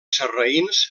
sarraïns